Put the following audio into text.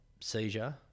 seizure